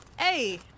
hey